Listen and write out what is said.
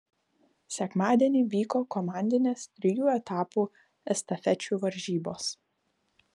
sekmadienį vyko komandinės trijų etapų estafečių varžybos